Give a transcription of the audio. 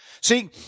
See